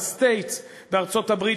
ב-States בארצות-הברית,